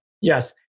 Yes